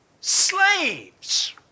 slaves